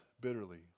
bitterly